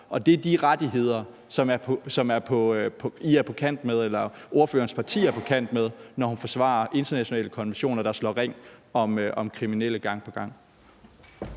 Det er de rettigheder, som ordførerens parti er på kant med, når hun forsvarer internationale konventioner, der slår ring om kriminelle gang på gang.